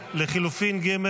לחלופין ג',